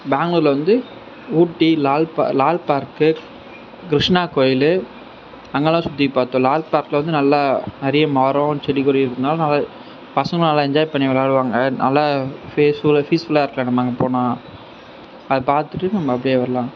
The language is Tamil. பேங்ளூர்ல வந்து ஊட்டி லால் லால் பார்க் கிருஷ்ணா கோயில் அங்கேலான் சுற்றி பார்த்தோம் லால் பார்க்குல வந்து நல்ல நிறைய மரம் செடிகள் இதுலாம் நிறைய பசங்களாம் நல்லா என்ஜாய் பண்ணி விளாடுவாங்க நல்ல ப்ளேஸ் பீஸ்ஃபுல்லாக இருக்கலாம் நம்ம அங்கே போனால் அதை பார்த்துட்டு நீங்கள் மறுபுடியும் வரலான்